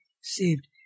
saved